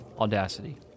audacity